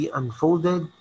unfolded